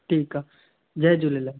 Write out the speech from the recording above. ठीकु आहे जय झूलेलाल